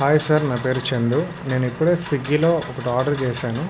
hi sir నా పేరు చందు నేను ఇక్కడే స్విగ్గీలో ఒకటి ఆర్డర్ చేసాను